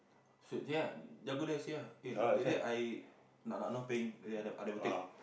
so ya you go there see ah that day I not not not paying I never take